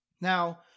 Now